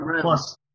plus